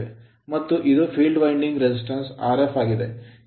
ಮತ್ತು ಇದು field winding resistance winding resistance Rf' ಆಗಿದೆ